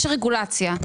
יש רגולציה.